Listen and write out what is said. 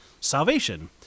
salvation